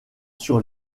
sur